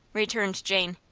returned jane.